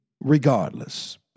regardless